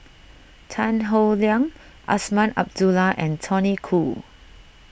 Tan Howe Liang Azman Abdullah and Tony Khoo